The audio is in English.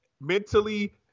mentally